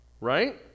right